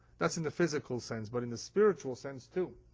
that's in the physical sense. but in the spiritual sense too,